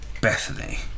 Bethany